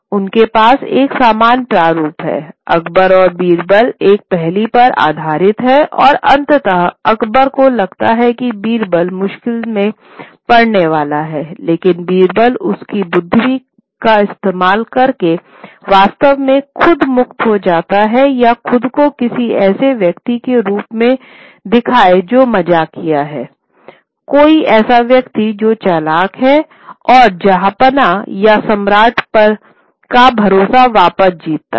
उनके पास एक सामान्य प्रारूप है अकबर और बीरबल एक पहेली पर आधारित है और अंततः अकबर को लगता है कि बीरबल मुश्किल में पड़ने वाला है लेकिन बीरबल उसकी बुद्धि का इस्तेमाल करके वास्तव में खुद मुक्त हो जाता है या खुद को किसी ऐसे व्यक्ति के रूप में दिखाएं जो मजाकिया है कोई ऐसा व्यक्ति जो चालाक है और जहन्नपाह या सम्राट का भरोसा वापस जीतता है